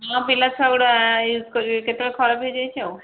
ମୋ' ପିଲାଛୁଆଗୁଡ଼ିକ ୟୁଜ୍ କରି କେତେବେଳେ ଖରାପ ହୋଇଯାଇଛି ଆଉ